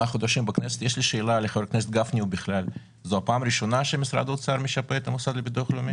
זו הפעם הראשונה שמשרד האוצר משפה את המוסד לביטוח לאומי?